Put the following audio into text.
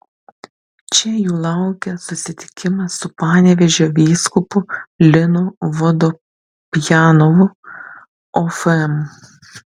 čia jų laukia susitikimas su panevėžio vyskupu linu vodopjanovu ofm